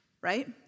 Right